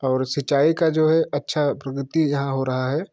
और सिंचाई की जो है अच्छी प्रगति यहाँ हो रही है